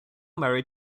married